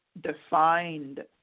defined